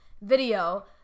video